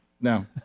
No